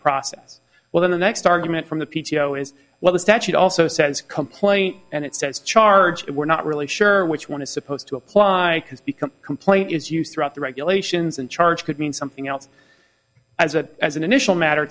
process well then the next argument from the p t o is well the statute also says complaint and it says charge but we're not really sure which one is supposed to apply has become complaint is used throughout the regulations and charge could mean something else as a as an initial matter